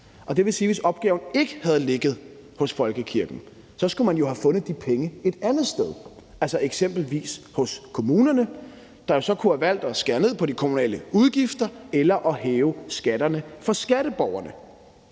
Det vil sige, at hvis opgaven ikke havde ligget hos folkekirken, skulle man have fundet de penge et andet sted, f.eks. hos kommunerne, der jo så kunne have valgt at skære ned på de kommunale udgifter eller at hæve skatterne for skatteborgerne